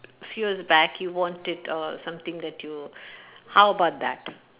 few years back you wanted uh something that you how about that